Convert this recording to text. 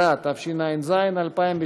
מתנגדים ואין נמנעים.